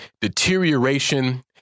deterioration